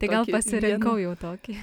tai gal pasirinkau jau tokį